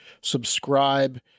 Subscribe